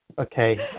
Okay